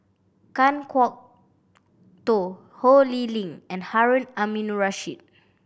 Kan Kwok Toh Ho Lee Ling and Harun Aminurrashid